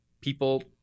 people